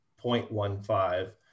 0.15